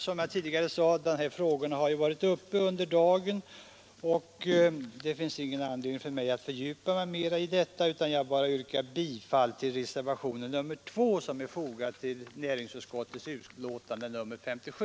Som jag tidigare sade har dessa frågor tidigare varit uppe i dag, och det finns därför ingen anledning för mig att mera fördjupa mig i detta. Jag vill bara yrka bifall till reservationen 2 som är fogad till näringsutskottets betänkande nr 57.